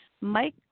Mike